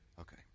Okay